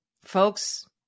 Folks